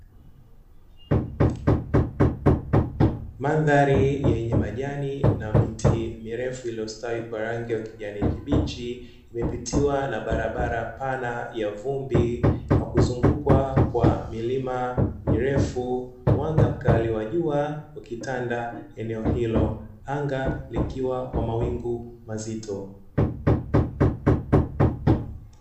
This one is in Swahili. Mandhari yenye majani na miti mirefu iliyostawi kwa rangi ya ukijani kibichi imepitiwa na barabara pana ya vumbi na kuzungukwa kwa milima mirefu, mwanga mkali wa jua ukitanda eneo hilo anga likiwa kwa mawingu mazito.